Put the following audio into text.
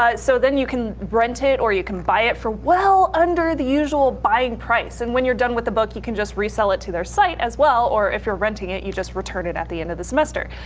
ah so then you can rent it or you could buy it for well under the usual buying price. and when you're done with the book, you can just resell it to their site as well, or if you're renting it you just return it at the end of the semester.